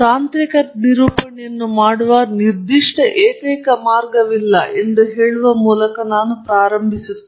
ತಾಂತ್ರಿಕ ನಿರೂಪಣೆಯನ್ನು ಮಾಡುವ ನಿರ್ದಿಷ್ಟ ಏಕೈಕ ಮಾರ್ಗವಿಲ್ಲ ಎಂದು ಹೇಳುವ ಮೂಲಕ ಮೊದಲಿಗೆ ಪ್ರಾರಂಭವಾಗುತ್ತದೆ